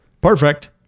Perfect